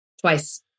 Twice